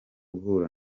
guhura